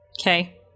Okay